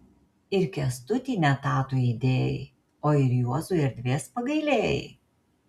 ir kęstutį ne tą tu įdėjai o ir juozui erdvės pagailėjai